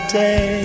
day